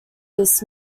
this